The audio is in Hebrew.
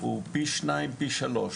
הוא פי שניים, פי שלוש.